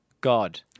God